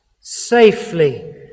safely